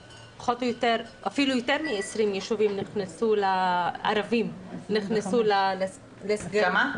שאפילו יותר מ-20 יישובים ערבים נכנסו -- 25.